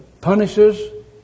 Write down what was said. punishes